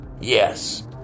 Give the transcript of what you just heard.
Yes